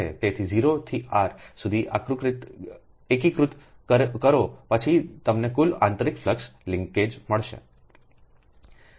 તેથી 0 થી આર સુધી એકીકૃત કરો પછી તમને કુલ આંતરિક ફ્લક્સ લિંક્સેસ મળશે